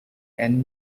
and